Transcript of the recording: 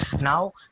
Now